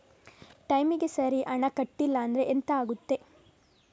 ಟೈಮಿಗೆ ಸರಿ ಹಣ ಕಟ್ಟಲಿಲ್ಲ ಅಂದ್ರೆ ಎಂಥ ಆಗುತ್ತೆ?